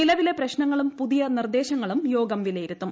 നിലവിലെ പ്രശ്നങ്ങളും പുതിയ നിർദ്ദേശങ്ങളും യോഗം വിലയിരുത്തും